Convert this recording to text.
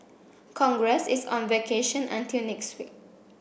congress is on vacation until next week